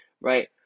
right